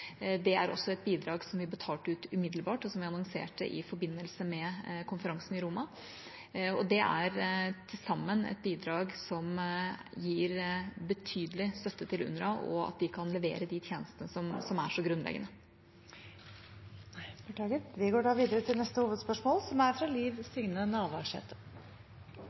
Det er også et bidrag som vi betalte ut umiddelbart, og som jeg annonserte i forbindelse med konferansen i Roma. Bidragene til sammen gir betydelig støtte til UNWRA, for at de skal kunne levere de tjenestene som er så grunnleggende. Vi går videre til neste hovedspørsmål – fra Liv Signe Navarsete.